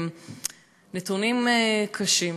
נתונים קשים,